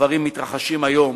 הדברים מתרחשים היום